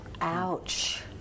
Ouch